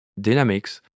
dynamics